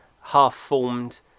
half-formed